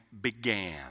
began